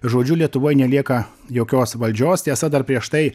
žodžiu lietuvoj nelieka jokios valdžios tiesa dar prieš tai